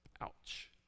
Ouch